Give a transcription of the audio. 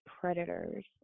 predators